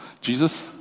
Jesus